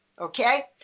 okay